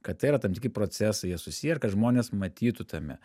kad tai yra tam tikri procesai jie susiję ir kad žmonės matytų tame